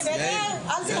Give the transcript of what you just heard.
עליהם.